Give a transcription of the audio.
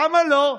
למה לא?